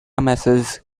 message